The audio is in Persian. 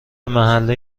محله